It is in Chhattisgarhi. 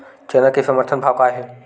चना के समर्थन भाव का हे?